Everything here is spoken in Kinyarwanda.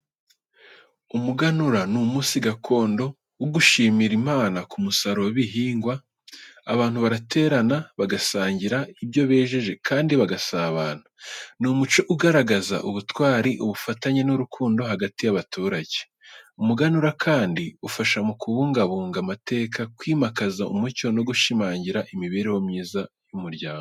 Umuganura, ni umunsi gakondo wo gushimira Imana ku musaruro w’ibihingwa. Abantu baraterana, bagasangira ibyo bejeje kandi bagasabana. Ni umuco ugaragaza ubutwari, ubufatanye n’urukundo hagati y’abaturage. Umuganura kandi ufasha mu kubungabunga amateka, kwimakaza umuco no gushimangira imibereho myiza y’umuryango.